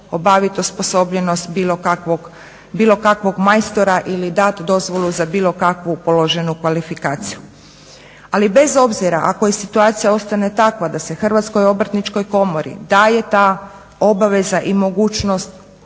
obaviti osposobljenost bilo kakvog majstora ili dati dozvolu za bilo kakvu položenu kvalifikaciju. Ali i bez obzira ako situacija ostane takva da se Hrvatskoj obrtničkoj komori daje ta obaveza i mogućnost